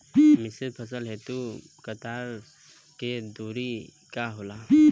मिश्रित फसल हेतु कतार के दूरी का होला?